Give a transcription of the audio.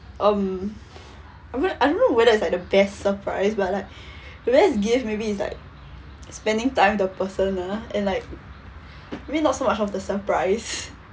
um I'm not I don't know whether is like the best surprise but like the best gift maybe is like spending time the personal and like I mean not so much of the surprise